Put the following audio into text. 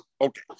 Okay